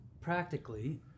practically